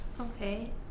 okay